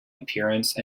appearance